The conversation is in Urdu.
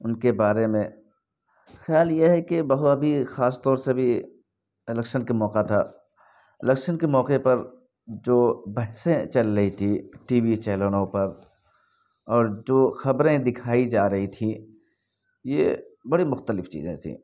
ان کے بارے میں خیال یہ ہے کہ ابھی خاص طور سے ابھی الیکشن کا موقع تھا الیکشن کے موقعے پر جو بحثیں چل رہی تھی ٹی وی چینلوں پر اور جو خبریں دکھائی جا رہی تھی یہ بڑی مختلف چیزیں تھیں